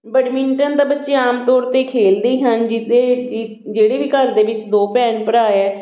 badminton ਤਾਂ ਬੱਚੇ ਆਮ ਤੌਰ 'ਤੇ ਖੇਡਦੇ ਹਨ ਜਿਹਤੇ ਜਿਹੜੇ ਵੀ ਘਰ ਦੇ ਵਿੱਚ ਦੋ ਭੈਣ ਭਰਾ ਹੈ